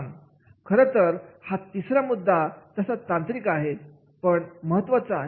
खरतर हा तिसरा मुद्दा तसा तांत्रिक आहे पण महत्त्वाचा आहे